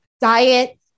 diet